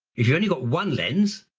if you've only got one lens,